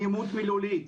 אלימות מילולית,